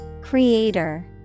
Creator